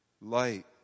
Light